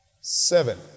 seven